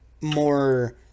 more